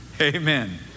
Amen